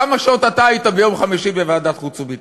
כמה שעות אתה היית ביום חמישי בוועדת החוץ והביטחון?